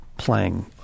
Playing